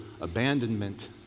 abandonment